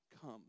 come